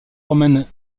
romaine